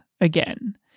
again